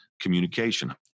communication